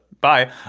Bye